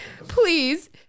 Please